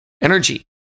energy